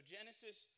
Genesis